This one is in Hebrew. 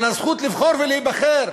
על הזכות לבחור ולהיבחר.